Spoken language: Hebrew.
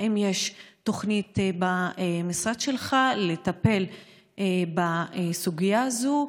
האם יש תוכנית במשרד שלך לטיפול בסוגיה הזו,